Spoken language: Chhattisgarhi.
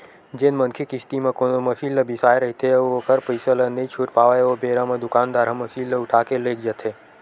जेन मनखे किस्ती म कोनो मसीन ल बिसाय रहिथे अउ ओखर पइसा ल नइ छूट पावय ओ बेरा म दुकानदार ह मसीन ल उठाके लेग जाथे